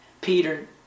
Peter